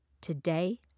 Today